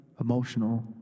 emotional